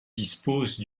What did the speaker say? dispose